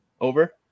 over